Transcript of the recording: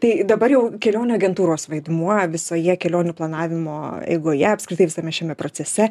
tai dabar jau kelionių agentūros vaidmuo visoje kelionių planavimo eigoje apskritai visame šiame procese